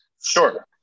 Sure